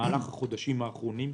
בחודשים האחרונים.